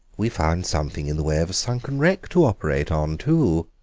we found something in the way of a sunken wreck to operate on, too!